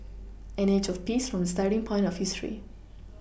an age of peace from the starting point of history